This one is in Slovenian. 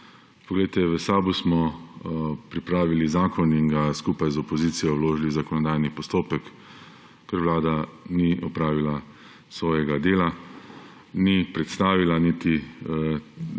kratek. V SAB smo pripravili zakon in ga skupaj z opozicijo vložili v zakonodajni postopek, ker Vlada ni opravila svojega dela, ni predstavila niti